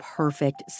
perfect